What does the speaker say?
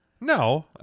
No